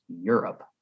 Europe